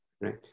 right